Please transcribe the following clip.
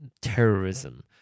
terrorism